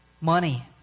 money